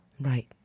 Right